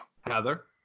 Heather